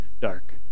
dark